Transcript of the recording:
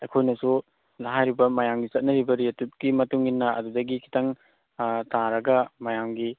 ꯑꯩꯈꯣꯏꯅꯁꯨ ꯍꯥꯏꯔꯤꯕ ꯃꯌꯥꯝꯒꯤ ꯆꯠꯅꯔꯤꯕ ꯔꯦꯠꯇꯨꯒꯤ ꯃꯇꯨꯡ ꯏꯟꯅ ꯑꯗꯨꯗꯒꯤ ꯈꯤꯇꯪ ꯇꯥꯔꯒ ꯃꯌꯥꯝꯒꯤ